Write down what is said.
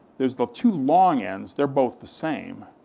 there's the two long ends, they're both the same.